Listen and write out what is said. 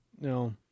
No